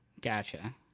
Gotcha